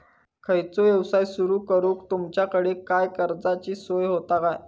खयचो यवसाय सुरू करूक तुमच्याकडे काय कर्जाची सोय होता काय?